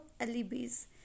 alibis